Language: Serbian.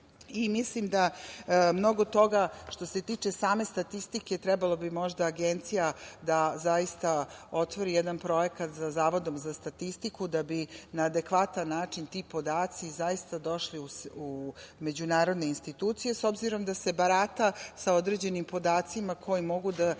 da mnogo toga što se tiče same statistike trebalo bi možda Agencija da zaista otvori jedan projekat sa Zavodom za statistiku da bi na adekvatan način ti podaci zaista došli u međunarodne institucije, s obzirom da se barata sa određenim podacima koji mogu da